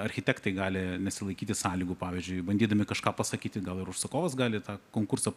architektai gali nesilaikyti sąlygų pavyzdžiui bandydami kažką pasakyti gal ir užsakovas gali tą konkursą